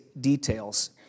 details